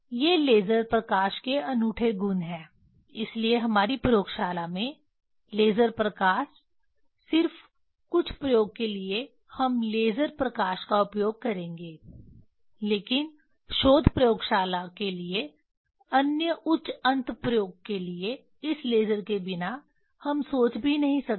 ये लेज़र प्रकाश के अनूठे गुण हैं इसीलिए हमारी प्रयोगशाला में लेज़र प्रकाश सिर्फ कुछ प्रयोग के लिए हम लेज़र प्रकाश का उपयोग करेंगे लेकिन शोध प्रयोगशाला के लिए अन्य उच्च अंत प्रयोग के लिए इस लेज़र के बिना हम सोच भी नहीं सकते